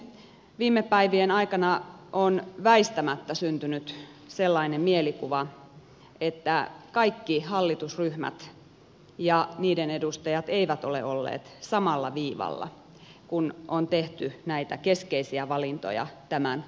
viime päivien aikana on väistämättä syntynyt sellainen mielikuva että kaikki hallitusryhmät ja niiden edustajat eivät ole olleet samalla viivalla kun on tehty näitä keskeisiä valintoja tämän uudistuksen osalta